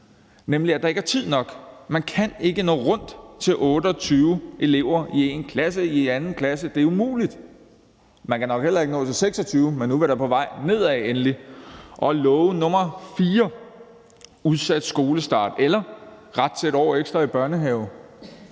nemlig at der ikke er tid nok. Man kan ikke nå rundt til 28 elever i f.eks. 2. klasse, det er umuligt. Man kan nok heller ikke nå rundt til 26 elever, men nu er vi da endelig på vej nedad. Låge nummer fire handler om udsat skolestart eller ret til 1 år ekstra i børnehave,